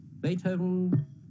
Beethoven